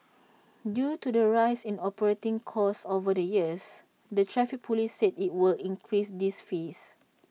due to the rise in operating costs over the years the traffic Police said IT will increase these fees